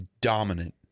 dominant